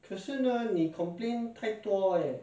when when 他们出来那时